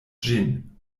ĝin